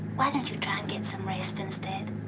why don't you try and get some rest instead?